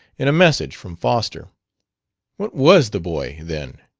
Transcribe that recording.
in a message from foster. what was the boy, then?